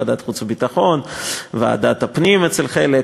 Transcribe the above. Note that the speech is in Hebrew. ועדת חוץ וביטחון וועדת הפנים אצל חלק,